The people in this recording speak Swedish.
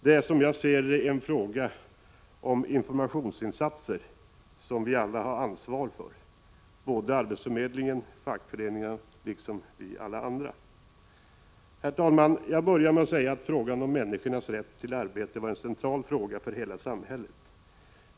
Det är, som jag ser det, en fråga om informationsinsatser som vi alla har ansvar för, från arbetsförmedlingen, från fackföreningen liksom från andra håll. Herr talman! Jag började med att säga att frågan om människornas rätt till arbete var en central fråga för hela samhället.